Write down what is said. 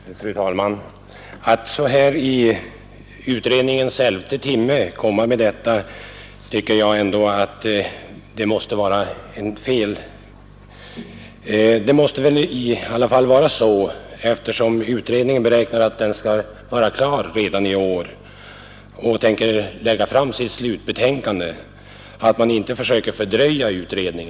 Fru talman! Att så här i utredningens elfte timme komma med detta måste, tycker jag, ändå vara fel. Eftersom utredningen räknar med att kunna lägga fram sitt slutbetänkande redan i år, måste det i alla fall vara så att man inte får fördröja den.